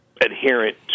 adherent